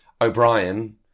O'Brien